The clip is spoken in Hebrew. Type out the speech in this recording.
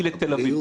היא לתל אביב.